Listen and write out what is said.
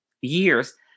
years